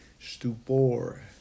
Stupor